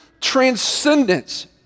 transcendence